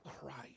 Christ